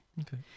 Okay